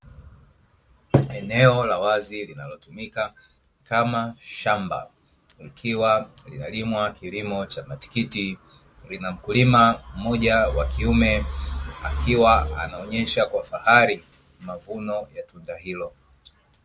Eneo la wazi linalotumika kama shamba, likiwa linalimwa kilimo cha matikiti. Lina mkulima mmoja wa kiume, akiwa anaonyesha kwa fahari mavuno ya tunda hilo.